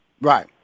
Right